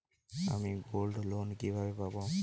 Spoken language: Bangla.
আমি গোল্ডলোন কিভাবে পাব?